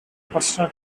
personal